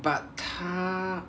but 她